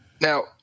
Now